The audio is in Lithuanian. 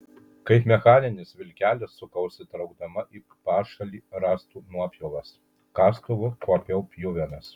kaip mechaninis vilkelis sukausi traukdama į pašalį rąstų nuopjovas kastuvu kuopiau pjuvenas